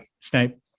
Snape